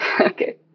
Okay